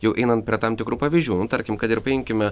jau einant prie tam tikrų pavyzdžių nu tarkim kad ir paimkime